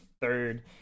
third